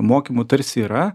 mokymų tarsi yra